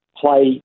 play